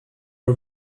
are